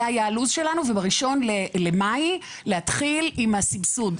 זה היה הלו"ז שלנו, וב-1 במאי להתחיל עם הסבסוד.